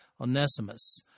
Onesimus